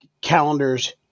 calendars